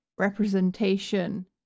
representation